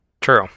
True